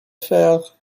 faire